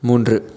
மூன்று